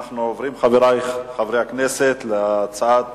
אנחנו עוברים, חברי חברי הכנסת, להצעת